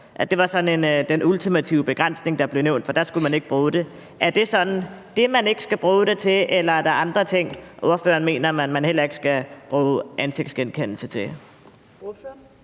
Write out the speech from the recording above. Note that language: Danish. sådan den ultimative begrænsning, der blev nævnt, altså at i de tilfælde skulle man ikke bruge det. Er det kun det, man ikke skal bruge det til, eller er der andre ting, ordføreren mener at man heller ikke skal bruge ansigtsgenkendelse til?